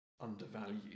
undervalued